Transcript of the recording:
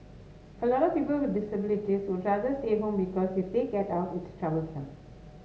a lot of people with disabilities would rather stay home because if they get out it's troublesome